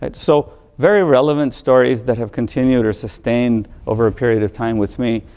and so, very relevant stories that have continued or sustained over a period of time with me.